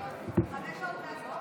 חמש שעות מסיום המליאה?